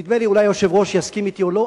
אולי היושב-ראש יסכים אתי ואולי לא,